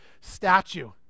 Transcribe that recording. statue